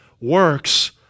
works